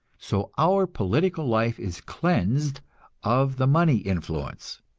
so our political life is cleansed of the money influence.